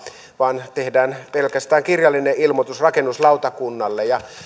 vaan tehdään pelkästään kirjallinen ilmoitus rakennuslautakunnalle